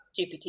GPT